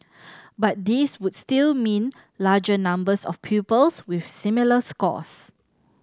but these would still mean larger numbers of pupils with similar scores